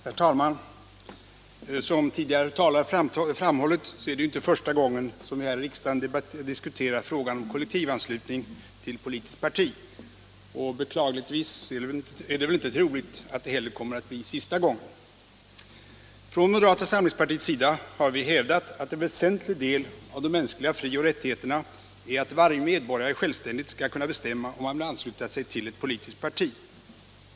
Herr talman! Som tidigare talare framhållit är det ju inte första gången som vi här i riksdagen diskuterar frågan om kollektivanslutning till politiskt parti. Beklagligtvis är det väl inte heller troligt att det kommer att bli den sista. Från moderata samlingspartiets sida har vi hävdat att en väsentlig del av de mänskliga fri och rättigheterna är att varje medborgare självständigt skall kunna bestämma, om han vill ansluta sig till ett politiskt parti.